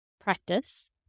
practice